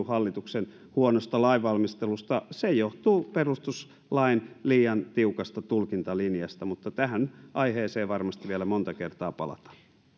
hallituksen huonosta lainvalmistelusta vaan se johtuu perustuslain liian tiukasta tulkintalinjasta mutta tähän aiheeseen varmasti vielä monta kertaa palataan